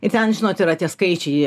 ir ten žinot yra tie skaičiai